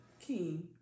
King